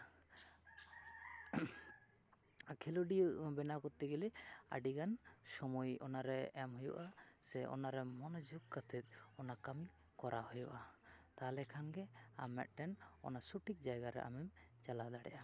ᱠᱷᱮᱞᱳᱰᱤᱭᱟᱹ ᱵᱮᱱᱟᱣ ᱠᱚᱨᱛᱮ ᱜᱮᱞᱮ ᱟᱹᱰᱤᱜᱟᱱ ᱥᱚᱢᱚᱭ ᱚᱱᱟᱨᱮ ᱮᱢ ᱦᱩᱭᱩᱜᱼᱟ ᱥᱮ ᱚᱱᱟᱨᱮ ᱢᱚᱱᱚᱡᱳᱜᱽ ᱠᱟᱛᱮ ᱠᱟᱹᱢᱤ ᱠᱚᱨᱟᱣ ᱦᱩᱭᱩᱜᱼᱟ ᱛᱟᱞᱦᱮ ᱠᱷᱟᱱᱜᱮ ᱟᱢ ᱢᱤᱫᱴᱮᱱ ᱚᱱᱟ ᱥᱚᱴᱷᱤᱠ ᱡᱟᱭᱜᱟᱨᱮ ᱟᱢᱮᱢ ᱪᱟᱞᱟᱣ ᱫᱟᱲᱮᱭᱟᱜᱼᱟ